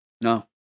no